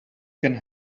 can